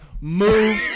move